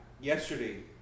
yesterday